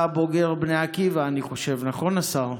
אני חושב שאתה בוגר בני עקיבא, נכון, השר?